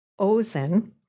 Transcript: ozen